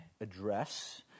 address